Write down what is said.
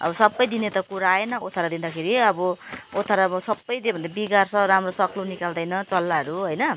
अब सब दिने त कुरा आएन ओथ्रा दिँदाखेरि अब ओथ्रा अब सब दियो भने त बिगार्छ राम्रो सग्लो निकाल्दैन चल्लाहरू होइन